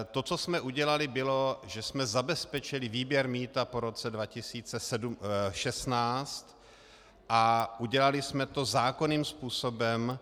To, co jsme udělali, bylo, že jsme zabezpečili výběr mýta po roce 2016 a udělali jsme to zákonným způsobem.